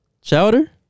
Chowder